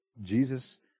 Jesus